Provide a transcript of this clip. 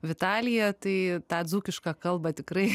vitalija tai tą dzūkišką kalbą tikrai